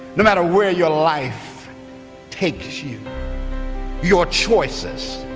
no matter where your life takes you your choices